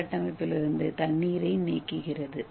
ஏ கட்டமைப்பிலிருந்து தண்ணீரை நீக்குகிறது